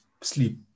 sleep